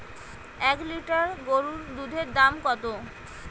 এক লিটার গোরুর দুধের দাম কত?